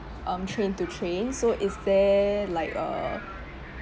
um train to train so is there like a